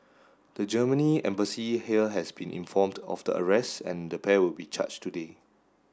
the Germany Embassy here has been informed of the arrests and the pair would be charged today